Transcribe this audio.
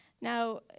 Now